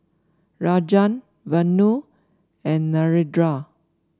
Rajan Vanu and Narendra